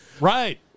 Right